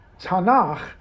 Tanakh